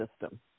system